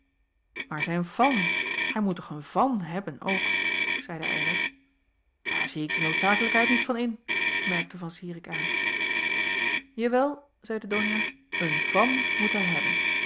maar zijn van hij moet toch een van hebben ook zeide eylar daar zie ik de noodzakelijkheid niet van in merkte van zirik aan jawel zeide donia een van moet hij hebben